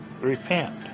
repent